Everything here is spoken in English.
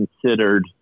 considered